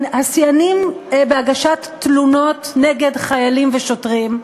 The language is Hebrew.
השיאנים בהגשת תלונות נגד חיילים ושוטרים,